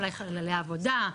אולי חללי עבודה,